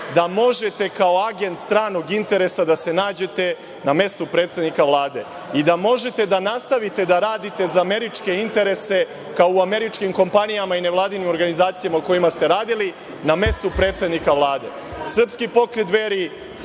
da možete kao agent stranog interesa da se nađete na mestu predsednika Vlade i da možete da nastavite da radite za američke interesa kao u američkim kompanijama i nevladinim organizacijama u kojima ste radili na mestu predsednika Vlade? Srpski pokret Dveri